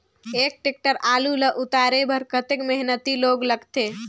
एक टेक्टर आलू ल उतारे बर कतेक मेहनती लाग सकथे?